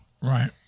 Right